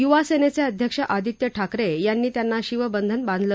युवासेनेचे अध्यक्ष आदित्य ठाकरे यांनी त्यांना शिवबंधन बांधलं